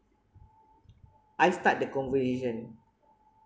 I start the conversation